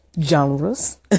genres